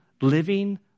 living